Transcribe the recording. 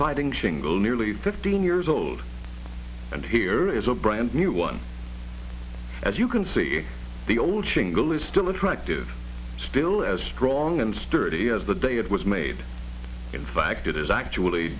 siding shingle nearly fifteen years old and here is a brand new one as you can see the old chinglish still attractive still as strong and sturdy as the day it was made in fact it is actually